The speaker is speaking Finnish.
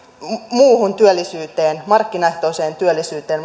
muuhun työllisyyteen markkinaehtoiseen työllisyyteen